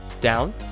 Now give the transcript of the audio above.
down